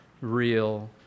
real